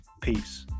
Peace